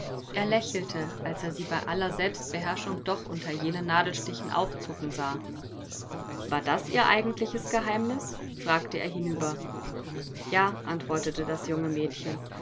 er lächelte als er sie bei aller selbstbeherrschung doch unter jenen nadelstichen aufzucken sah war das ihr eigentliches geheimnis fragte er hinüber ja antwortete das junge mädchen